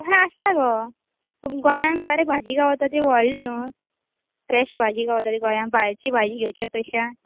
तहे आसता गो पूण गोंयांत बरें भाजी गावता तें व्हडलें न्हू फ्रेश भाजी गावता ती गोंयांत भायरची भाजी घेवच्या पेक्षा